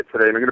today